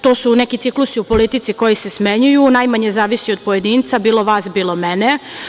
To su neki ciklusi u politici koji se smenjuju, najmanje zavisi od pojedinca, bilo vas, bilo mene.